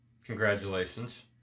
Congratulations